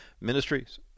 Ministries